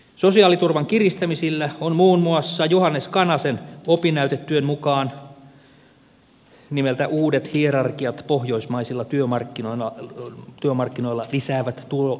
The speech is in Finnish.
sosiaaliturvan kiristämisillä on muun muassa johannes kanasen opinnäytetyön mukaan nimeltä uudet hierarkiat pohjoismaisilla työmarkkinoilla työmarkkinoille lisää vettä tullut